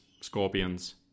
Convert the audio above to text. scorpions